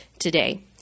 today